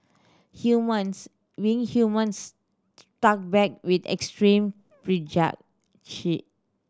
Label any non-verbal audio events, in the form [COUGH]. humans being humans struck back with extreme [UNINTELLIGIBLE]